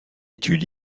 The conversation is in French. étude